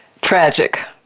tragic